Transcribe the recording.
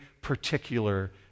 particular